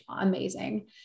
amazing